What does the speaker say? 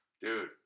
Dude